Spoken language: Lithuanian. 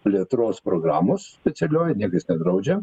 plėtros programos specialioji niekas nedraudžia